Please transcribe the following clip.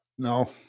No